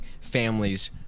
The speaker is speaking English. families